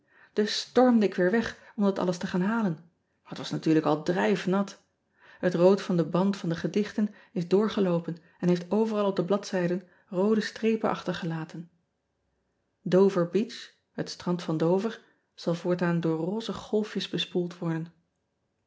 us stormde ik weer weg om dat alles te gaan halen maar het was natuurlijk al drijfnat et rood van den band van de gedichten is doorgeloopen en heeft overal op de bladzijden roode strepen achtergelaten over each het strand van over zal voortaan door roze golfjes bespoeld worden